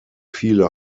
viele